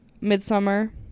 *Midsummer*